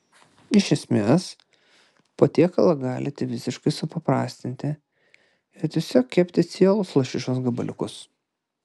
iš esmės patiekalą galite visiškai supaprastinti ir tiesiog kepti cielus lašišos gabaliukus